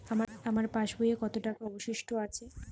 আমার পাশ বইয়ে কতো টাকা অবশিষ্ট আছে?